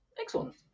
Excellent